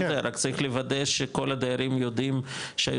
רק צריך לוודא שכל הדיירים יודעים שהיה